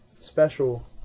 Special